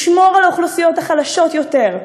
לשמור על האוכלוסיות החלשות יותר,